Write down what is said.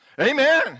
Amen